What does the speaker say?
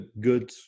good